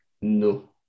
No